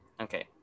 okay